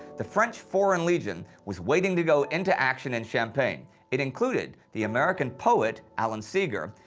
the french foreign legion was waiting to go into action in champagne. it included the american poet alan seeger,